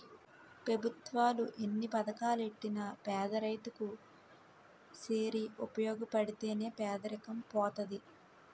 పెభుత్వాలు ఎన్ని పథకాలెట్టినా పేదరైతు కి సేరి ఉపయోగపడితే నే పేదరికం పోతది